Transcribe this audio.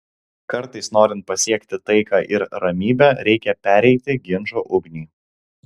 kartais norint pasiekti taiką ir ramybę reikia pereiti ginčo ugnį